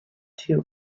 two